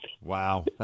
Wow